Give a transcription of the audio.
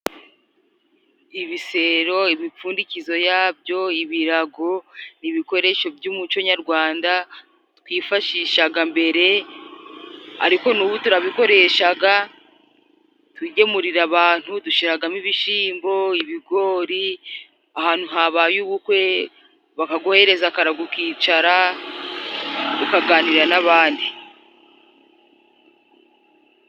Ibisero, imipfundikizo byabyo, ibirago， ibikoresho by'umuco nyarwanda twifashishaga mbere, ariko n'ubu turabikoresha, tugemurira abantu，dushyiramo ibishyimbo, ibigori, ahantu habaye ubukwe, bakaguhereza akarago， ukicara ukaganira n'abandi.